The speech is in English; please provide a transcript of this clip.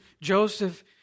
Joseph